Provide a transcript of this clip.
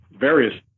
various